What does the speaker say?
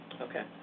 Okay